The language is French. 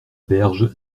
berge